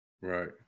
Right